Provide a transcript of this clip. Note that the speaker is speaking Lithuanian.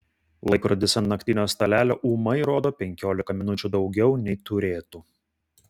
laikrodis ant naktinio stalelio ūmai rodo penkiolika minučių daugiau nei turėtų